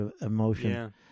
emotion